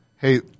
Hey